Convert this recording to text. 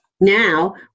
Now